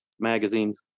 magazine's